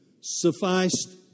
Sufficed